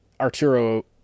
Arturo